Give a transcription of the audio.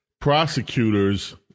prosecutors